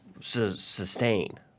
sustain